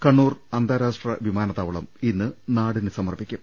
കണ്ണൂർ അന്താരാഷ്ട്ര വിമാനത്താവളം ഇന്ന് നാടിന് സമർപ്പിക്കും